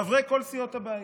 חברי כל סיעות הבית.